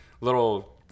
little